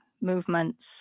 movements